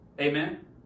Amen